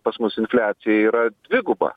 pas mus infliacija yra dviguba